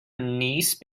niece